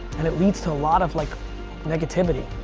and it leads to a lot of like negativity.